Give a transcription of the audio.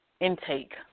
intake